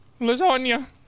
lasagna